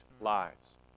lives